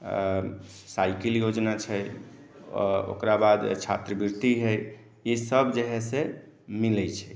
cycle योजना छै ओकरा बाद जे छै छात्रवृति है इसब जे है से मिलै छै